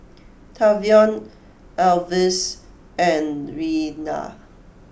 Tavion Alvis and Rella